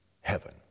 heaven